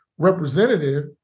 representative